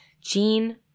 gene